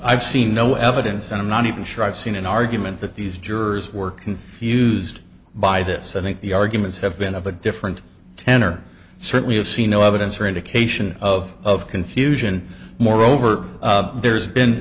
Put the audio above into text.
i've seen no evidence and i'm not even sure i've seen an argument that these jurors were confused by this i think the arguments have been of a different tenor certainly have seen no evidence or indication of confusion moreover there's been